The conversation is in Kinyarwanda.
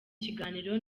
kiganiro